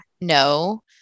no